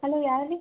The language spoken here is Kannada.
ಹಲೋ ಯಾರು ರೀ